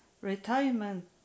retirement